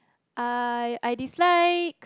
I I dislike